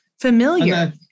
familiar